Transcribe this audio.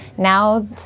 Now